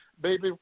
Baby